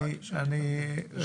שאלתי שאלה.